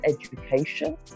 education